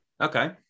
Okay